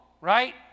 right